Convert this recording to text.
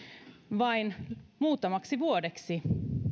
vain muutamaksi vuodeksi